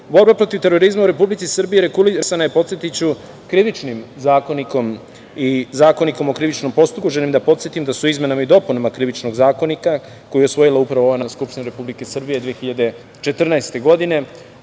protiv terorizma u Republici Srbiji regulisana je podsetiću Krivičnim zakonikom i Zakonikom o krivičnom postupku. Želim da podsetim da su izmenama i dopunama Krivičnog zakonika koji je usvojila upravo ova Narodna skupština Republike Srbije 2014. godine,